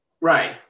right